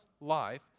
life